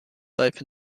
open